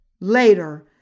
Later